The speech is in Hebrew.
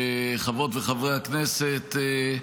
חברות וחברי הכנסת,